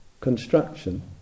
construction